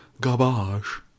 garbage